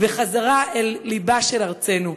וחזרה אל לבה של ארצנו.